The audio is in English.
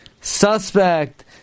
suspect